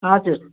हजुर